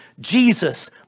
Jesus